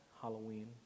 Halloween